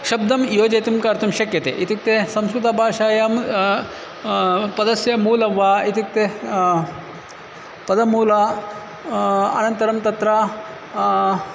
शब्दं योजयितुं कर्तुं शक्यते इत्युक्ते संस्कृतभाषायां पदस्य मूलं वा इत्युक्ते पदमूलम् अनन्तरं तत्र